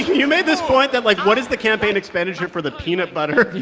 you made this point that, like, what is the campaign expenditure for the peanut butter?